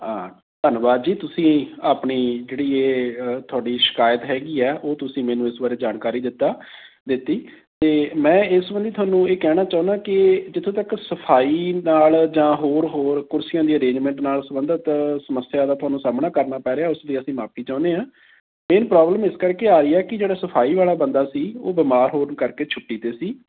ਧੰਨਵਾਦ ਜੀ ਤੁਸੀਂ ਆਪਣੀ ਜਿਹੜੀ ਇਹ ਤੁਹਾਡੀ ਸ਼ਿਕਾਇਤ ਹੈਗੀ ਆ ਉਹ ਤੁਸੀਂ ਮੈਨੂੰ ਇਸ ਬਾਰੇ ਜਾਣਕਾਰੀ ਦਿੱਤਾ ਦਿੱਤੀ ਅਤੇ ਮੈਂ ਇਸ ਸੰਬੰਧੀ ਤੁਹਾਨੂੰ ਇਹ ਕਹਿਣਾ ਚਾਹੁੰਦਾ ਕਿ ਜਿੱਥੋਂ ਤੱਕ ਸਫ਼ਾਈ ਨਾਲ਼ ਜਾਂ ਹੋਰ ਹੋਰ ਕੁਰਸੀਆਂ ਦੀ ਅਰੇਂਜਮੈਂਟ ਨਾਲ਼ ਸੰਬੰਧਿਤ ਸਮੱਸਿਆ ਦਾ ਤੁਹਾਨੂੰ ਸਾਹਮਣਾ ਕਰਨਾ ਪੈ ਰਿਹਾ ਉਸ ਲਈ ਅਸੀਂ ਮਾਫ਼ੀ ਚਾਹੁੰਦੇ ਹਾਂ ਮੇਨ ਪ੍ਰੋਬਲਮ ਇਸ ਕਰਕੇ ਆ ਰਹੀ ਹੈ ਕਿ ਜਿਹੜਾ ਸਫ਼ਾਈ ਵਾਲਾ ਬੰਦਾ ਸੀ ਉਹ ਬਿਮਾਰ ਹੋਣ ਕਰਕੇ ਛੁੱਟੀ 'ਤੇ ਸੀ